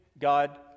God